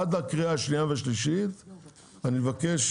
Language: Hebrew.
עד הקריאה השנייה והשלישית אני מבקש,